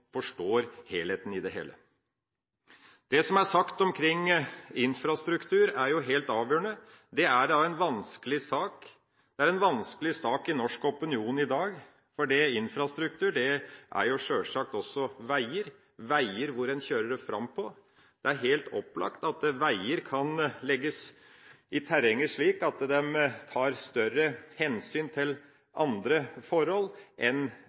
forstår helheten i det. Det som er sagt omkring infrastruktur, er helt avgjørende. Det er en vanskelig sak. Det er en vanskelig sak i norsk opinion i dag, for infrastruktur er sjølsagt også veier, veier hvor en kjører det fram på. Det er helt opplagt at veier kan legges i terrenget slik at det tas større hensyn til andre forhold enn